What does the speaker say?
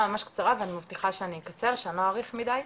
קצרה ואני מבטיחה שאקצר ולא אאריך מדי.